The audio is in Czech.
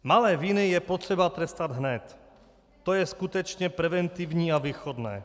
Malé viny je potřeba trestat hned, to je skutečně preventivní a výchovné.